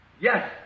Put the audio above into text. Yes